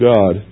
God